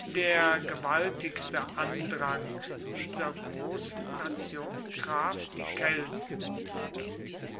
der gewaltigste andrang dieser großen nation traf die kelten